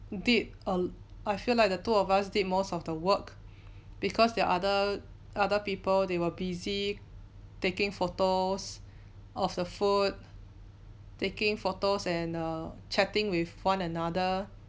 did uh I feel like the two of us did most of the work because there are other other people they were busy taking photos of the food taking photos and err chatting with one another